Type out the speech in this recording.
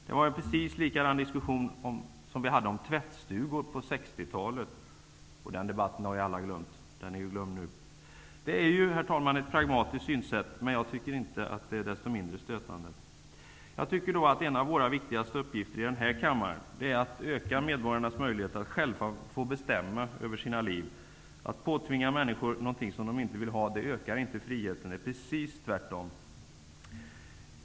Vi hade en precis likadan diskussion om tvättstugor på 60-talet, och den debatten har ju alla glömt. Herr talman! Detta är ju ett pragmatiskt synsätt, men det är inte desto mindre stötande. En av våra viktigaste uppgifter i den här kammaren är att öka medborgarnas möjligheter att själva bestämma över sina liv. Att påtvinga människor någonting som de inte vill ha ökar inte friheten. Det är precis tvärtom.